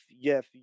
yes